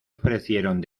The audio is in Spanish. ofrecieron